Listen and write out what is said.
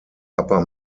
upper